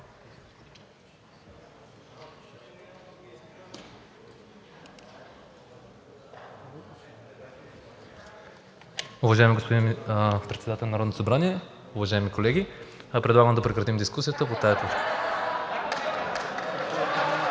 Уважаеми господин Председател на Народното събрание, уважаеми колеги! Предлагам да прекратим дискусията по тази точка.